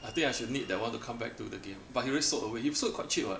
I think I should need that one to come back to the game but he already sold away he sold quite cheap [what]